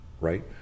right